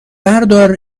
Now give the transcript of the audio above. بردار